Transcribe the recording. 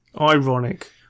Ironic